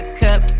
cup